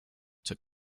took